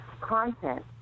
content